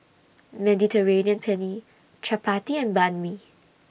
Mediterranean Penne Chapati and Banh MI